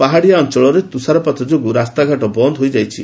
ପାହାଡ଼ିଆ ଅଞ୍ଚଳରେ ତୁଷାରପାତ ଯୋଗୁଁ ରାସ୍ତାଘାଟ ବନ୍ଦ ହୋଇଯାଇଛି